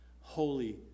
Holy